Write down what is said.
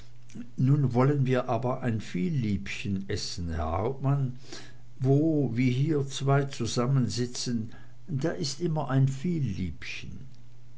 nun wollen wir aber ein vielliebchen essen herr hauptmann wo wie hier zwei zusammensitzen da ist immer ein